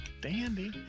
dandy